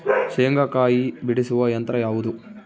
ಶೇಂಗಾಕಾಯಿ ಬಿಡಿಸುವ ಯಂತ್ರ ಯಾವುದು?